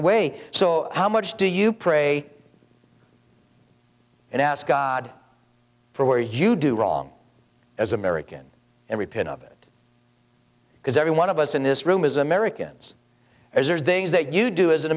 a way so how much do you pray and ask god for where you do wrong as americans and repent of it because every one of us in this room is americans as there are things that you do as an